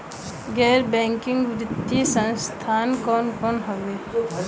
गैर बैकिंग वित्तीय संस्थान कौन कौन हउवे?